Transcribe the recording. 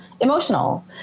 emotional